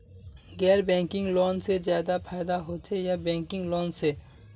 गैर banking loan से ज्यादा फायदा होचे या बैंकिंग लोन से?